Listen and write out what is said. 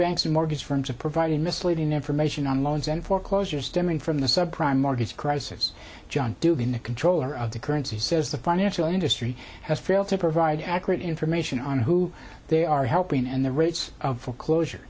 and mortgage firms of providing misleading information on loans and foreclosure stemming from the subprime mortgage crisis john dubin the comptroller of the currency says the financial industry has failed to provide accurate information on who they are helping and the rates of foreclosure